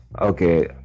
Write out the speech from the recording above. Okay